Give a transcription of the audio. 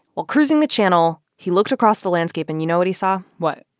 while cruising the channel, he looked across the landscape and you know what he saw? what?